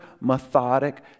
methodic